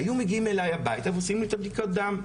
היו מגיעים אליי הביתה ועושים לי את בדיקות הדם.